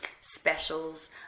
specials